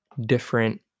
different